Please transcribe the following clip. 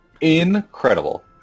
Incredible